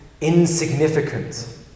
insignificant